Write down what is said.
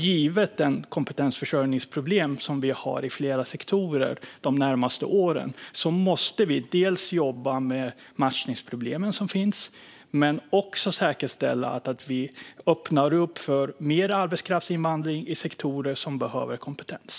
Givet det kompetensförsörjningsproblem vi har i flera sektorer under de närmaste åren måste vi inte bara jobba med de matchningsproblem som finns utan också säkerställa att vi öppnar för mer arbetskraftsinvandring i sektorer som behöver kompetens.